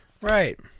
Right